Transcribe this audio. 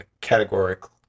categorical